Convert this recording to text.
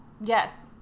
Yes